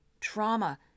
trauma